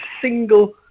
single